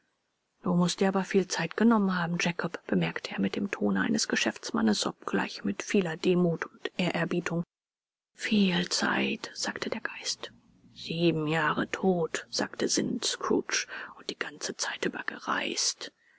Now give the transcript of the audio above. du mußt dir aber viel zeit genommen haben jakob bemerkte er mit dem tone eines geschäftsmannes obgleich mit vieler demut und ehrerbietung viel zeit sagte der geist sieben jahre tot sagte sinnend scrooge und die ganze zeit über gereist